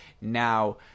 Now